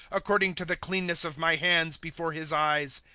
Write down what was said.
according to the cleanness of my hands before his eyes.